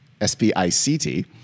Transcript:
S-P-I-C-T